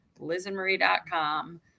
LizAndMarie.com